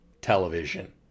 television